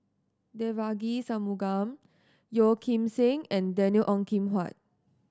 Devagi Sanmugam Yeo Kim Seng and David Ong Kim Huat